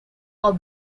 are